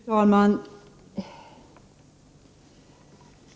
Fru talman!